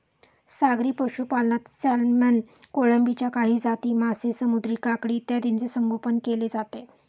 सागरी पशुपालनात सॅल्मन, कोळंबीच्या काही जाती, मासे, समुद्री काकडी इत्यादींचे संगोपन केले जाते